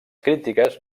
crítiques